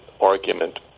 argument